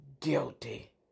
guilty